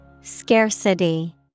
Scarcity